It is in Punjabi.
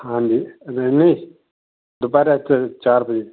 ਹਾਂਜੀ ਨਹੀਂ ਨਹੀਂ ਦੁਪਹਿਰੇ ਇੱਥੇ ਚਾਰ ਵਜੇ